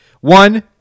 One